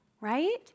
right